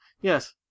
yes